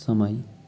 समय